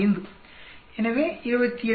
5 எனவே 28